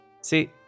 see